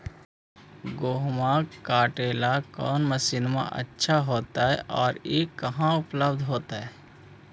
गेहुआ काटेला कौन मशीनमा अच्छा होतई और ई कहा से उपल्ब्ध होतई?